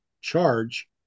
charge